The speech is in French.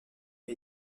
est